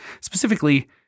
specifically